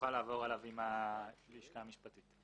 שנוכל לעבור עליו עם הלשכה המשפטית.